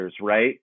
right